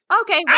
Okay